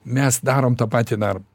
mes darom tą patį darbą